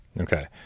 Okay